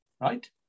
right